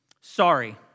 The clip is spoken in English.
Sorry